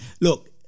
look